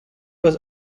was